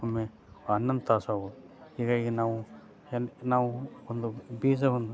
ಒಮ್ಮೆ ಹನ್ನೊಂದು ತಾಸು ಆಗ್ಬೋದು ಈಗ ಈಗ ನಾವು ಒಂದು ನಾವು ಒಂದು ಬೀಜವನ್ನು